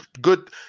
good